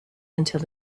until